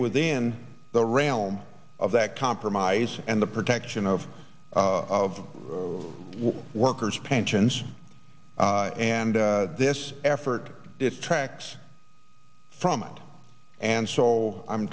within the realm of that compromise and the protection of of workers pensions and this effort distracts from it and so i'm